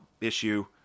issue